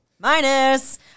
Minus